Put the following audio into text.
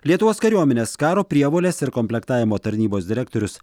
lietuvos kariuomenės karo prievolės ir komplektavimo tarnybos direktorius